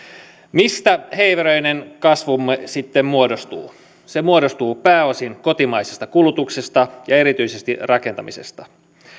mistä heiveröinen kasvumme sitten muodostuu se muodostuu pääosin kotimaisesta kulutuksesta ja erityisesti rakentamisesta